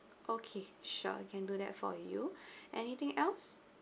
okay sure can do that for you anything else